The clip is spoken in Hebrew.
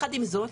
ביחד עם זאת,